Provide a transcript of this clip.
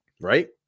right